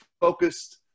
focused